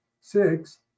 six